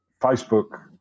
facebook